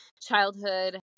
childhood